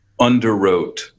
underwrote